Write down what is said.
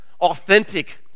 authentic